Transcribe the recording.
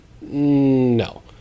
No